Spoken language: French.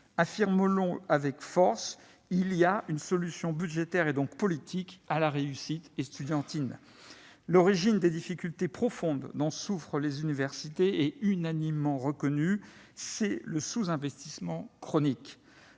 Affirmons-le avec force : il y a une solution budgétaire, donc politique, au problème de la réussite estudiantine. L'origine des difficultés profondes dont souffrent les universités est unanimement reconnue : c'est le sous-investissement chronique.